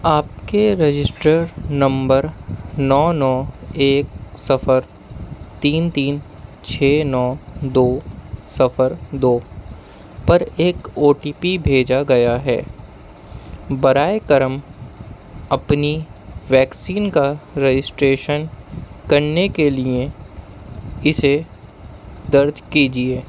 آپ کے register number نو نو ایک سفر تین تین چھ نو دو سفر دو پر ایک او ٹی پی بھیجا گیا ہے برائے کرم اپنی ویکسین کا رجسٹریشن کرنے کے لیے اسے درج کیجیے